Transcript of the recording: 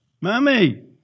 mummy